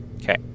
Okay